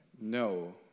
no